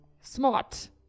smart